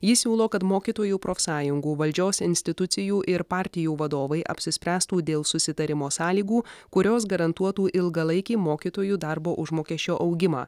jis siūlo kad mokytojų profsąjungų valdžios institucijų ir partijų vadovai apsispręstų dėl susitarimo sąlygų kurios garantuotų ilgalaikį mokytojų darbo užmokesčio augimą